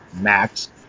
max –